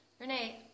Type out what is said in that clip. Renee